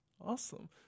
Awesome